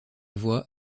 voix